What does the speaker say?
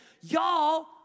Y'all